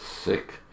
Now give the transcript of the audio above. sick